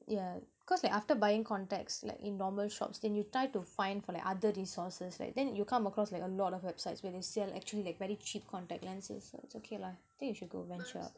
yeah cause like after buying contacts like in normal shops when you try to find for like other resources right then you come across like a lot of websites where they sell actually like very cheap contact lenses so okay lah think you should go around shop